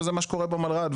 וזה מה שקורה במלר"ד,